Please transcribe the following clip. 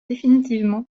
définitivement